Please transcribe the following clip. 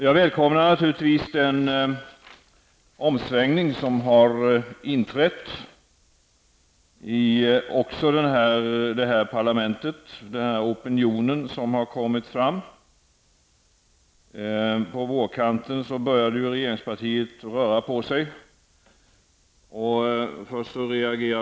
Jag välkomnar naturligtvis den omsvängning som har inträtt också här i parlamentet. Jag välkomnar den opinion som har börjat framträda. På vårkanten började ju regeringen faktiskt att röra på sig.